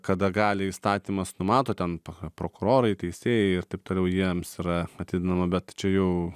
kada gali įstatymas numato ten pah prokurorai teisėjai ir taip toliau jiems yra atidedama bet čia jau